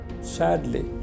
Sadly